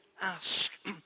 ask